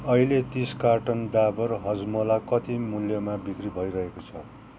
अहिले तिस कार्टन डाबर हजमोला कति मूल्यमा बिक्री भइरहेको छ